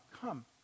come